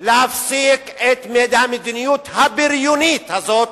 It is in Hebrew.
להפסיק את המדיניות הבריונית הזאת